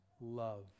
love